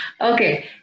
Okay